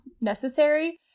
necessary